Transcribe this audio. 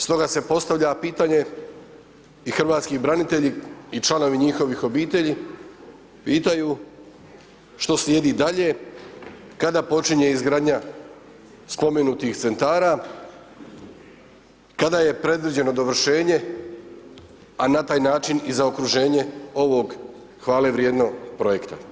Stoga se postavlja pitanje i hrvatski branitelji i članovi njihovih obitelji pitaju što slijedi dalje, kada počinje izgradnja spomenutih Centara, kada je predviđeno dovršenje, a na taj način i zaokruženje ovog hvale vrijednog projekta.